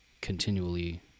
continually